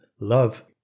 love